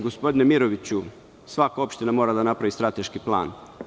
Gospodine Miroviću, svaka opština mora da napravi strateški plan.